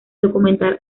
documental